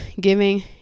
giving